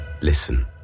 Listen